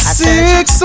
six